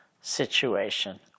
situation